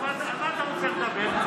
על מה אתה רוצה לדבר?